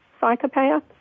psychopath